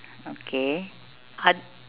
okay oth~